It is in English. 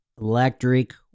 electric